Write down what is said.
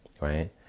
right